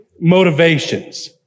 motivations